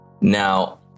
Now